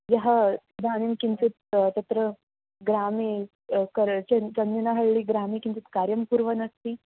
यः इदानीं किञ्चित् तत्र ग्रामे कर् चन् चेन्नेनहळ्ळि ग्रामे किञ्चित् कार्यं कुर्वन् अस्ति